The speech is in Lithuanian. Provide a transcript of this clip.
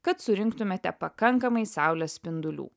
kad surinktumėte pakankamai saulės spindulių